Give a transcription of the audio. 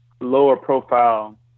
lower-profile